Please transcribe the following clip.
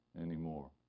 anymore